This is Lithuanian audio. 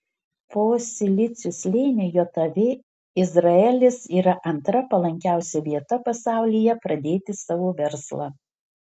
po silicio slėnio jav izraelis yra antra palankiausia vieta pasaulyje pradėti savo verslą